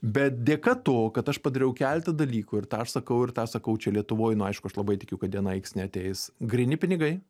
bet dėka to kad aš padariau keletą dalykų ir tą aš sakau ir tą sakau čia lietuvoj nu aišku aš labai tikiu kad diena neateis gryni pinigai